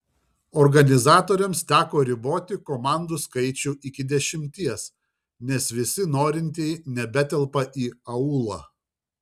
organizatoriams teko riboti komandų skaičių iki dešimties nes visi norintieji nebetelpa į aulą